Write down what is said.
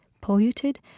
polluted